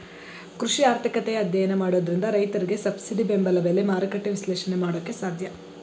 ಕೃಷಿ ಆರ್ಥಿಕತೆಯ ಅಧ್ಯಯನ ಮಾಡೋದ್ರಿಂದ ರೈತರಿಗೆ ಸಬ್ಸಿಡಿ ಬೆಂಬಲ ಬೆಲೆ, ಮಾರುಕಟ್ಟೆ ವಿಶ್ಲೇಷಣೆ ಮಾಡೋಕೆ ಸಾಧ್ಯ